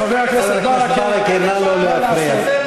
חבר הכנסת ברכה, נא לא להפריע.